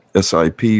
SIP